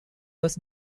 was